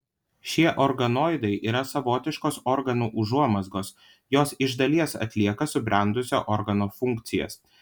šie organoidai yra savotiškos organų užuomazgos jos iš dalies atlieka subrendusio organo funkcijas